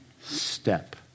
step